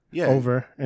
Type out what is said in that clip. over